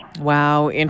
Wow